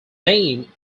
name